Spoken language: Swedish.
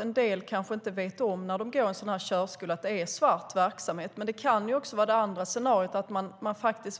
En del kanske inte vet om att det är svart verksamhet, men andra kanske